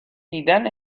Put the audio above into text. دیدن